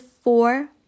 four